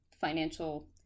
financial